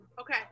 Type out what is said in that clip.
Okay